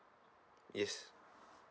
yes